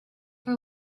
for